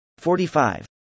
45